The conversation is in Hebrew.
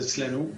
זה אצלנו.